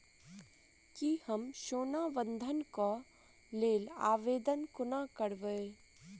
की हम सोना बंधन कऽ लेल आवेदन कोना करबै?